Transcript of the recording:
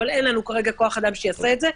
אין לנו כרגע כוח אדם שיעשה את זה.